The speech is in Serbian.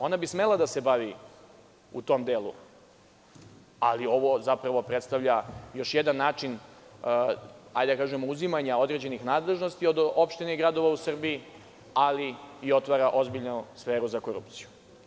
Ona bi smela da se bavi u tom delu, ali ovo zapravo predstavlja još jedan način, hajde da kažemo, uzimanja određenih nadležnosti od opštine i gradova u Srbiji, ali i otvara ozbiljnu sferu za korupciju.